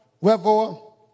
Wherefore